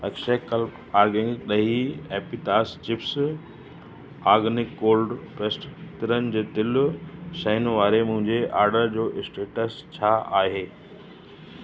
Akshayakalpa organic ॾही एपीतास chips organic cold pressed तिरन जो तिल शयुनि वारे मुंहिंजे आर्डर जो स्टेटस छा आहे